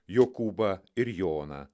jokūbą ir joną